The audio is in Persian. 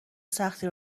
سختی